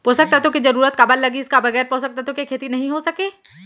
पोसक तत्व के जरूरत काबर लगिस, का बगैर पोसक तत्व के खेती नही हो सके?